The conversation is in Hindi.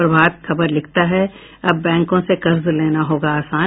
प्रभात खबर लिखता है अब बैंकों से कर्ज लेना होगा आसान